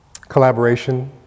collaboration